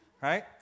right